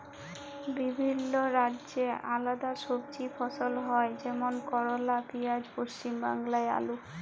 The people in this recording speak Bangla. বিভিল্য রাজ্যে আলেদা সবজি ফসল হ্যয় যেমল করলা, পিয়াঁজ, পশ্চিম বাংলায় আলু